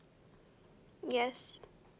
yes